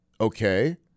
okay